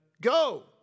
Go